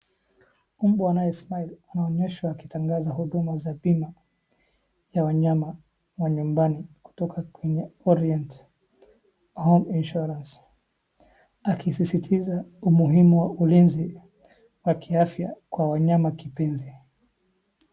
Umbwa anayesmile , anaonyeshwa akitangaza huduma za bima ya wanyama wa nyumbani kutoka kwenye Orient Home Insurance . Akisisitiza umuhimu wa ulinzi wa kiafya kwa wanyama kipenzi.